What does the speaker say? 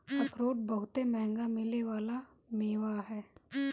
अखरोट बहुते मंहगा मिले वाला मेवा ह